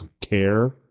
care